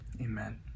amen